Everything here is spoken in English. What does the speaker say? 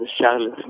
Charles